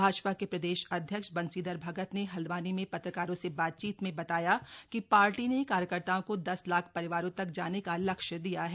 भाजपा के प्रदेश अध्यक्ष बंशीधर भगत ने हल्द्वानी में पत्रकारों से बातचीत में बताया कि पार्टी ने कार्यकर्ताओं को दस लाख परिवारों तक जाने का लक्ष्य दिया है